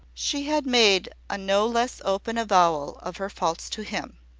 she had made a no less open avowal of her faults to him.